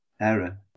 error